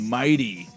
mighty